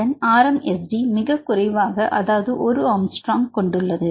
அதன் மிக குறைவாக அதாவது ஒரு ஆம்ஸ்ட்ராங் கொண்டுள்ளது